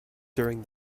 during